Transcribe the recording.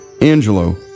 Angelo